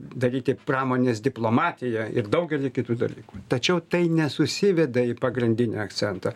daryti pramonės diplomatiją ir daugelį kitų dalykų tačiau tai nesusiveda į pagrindinį akcentą